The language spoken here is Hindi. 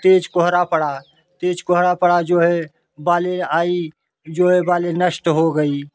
तेज कोहरा पड़ा तेज कोहरा पड़ा जो है बाली आई जो बाली नष्ट हो गई